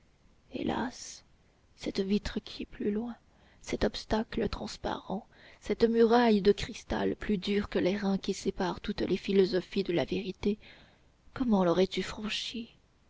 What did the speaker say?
hélas cette vitre qui est plus loin cet obstacle transparent cette muraille de cristal plus dur que l'airain qui sépare toutes les philosophies de la vérité comment laurais tu franchie